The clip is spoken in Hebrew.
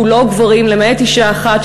כולו גברים למעט אישה אחת,